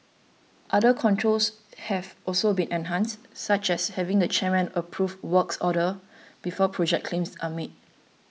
other controls have also been enhanced such as having the chairman approve works orders before project claims are made